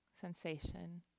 sensation